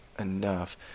enough